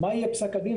מה יהיה פסק הדין.